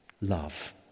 love